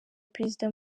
perezida